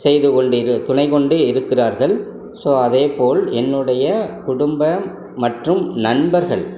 செய்து கொண்டு இது துணைக்கொண்டு இருக்கிறார்கள் ஸோ அதேபோல் என்னுடைய குடும்பம் மற்றும் நண்பர்கள்